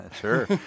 Sure